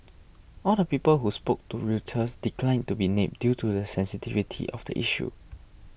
all the people who spoke to Reuters declined to be named due to the sensitivity of the issue